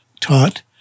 taught